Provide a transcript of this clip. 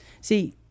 See